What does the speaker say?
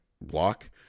block